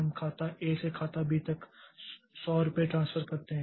हम खाता ए से खाता बी तक 100 रुपये ट्रांसफर करते हैं